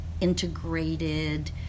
integrated